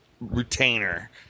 retainer